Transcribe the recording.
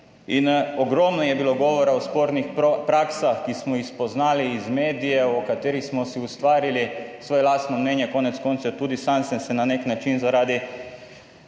Ogromno je bilo govora o spornih praksah, ki smo jih spoznali iz medijev, o katerih smo si ustvarili svoje lastno mnenje. Konec koncev tudi sam sem se na nek način zaradi,